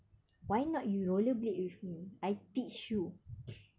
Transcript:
why not you roller blade with me I teach you